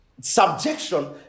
subjection